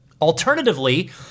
Alternatively